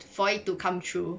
for it to come true